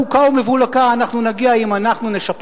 בוקה ומבולקה אנחנו נגיע אם אנחנו נשפר